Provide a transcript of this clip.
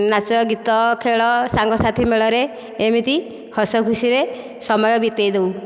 ନାଚଗୀତ ଖେଳ ସାଙ୍ଗସାଥି ମେଳରେ ଏମିତି ହସଖୁସିରେ ସମୟ ବିତାଇ ଦେଉ